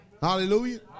Hallelujah